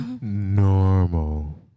Normal